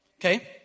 Okay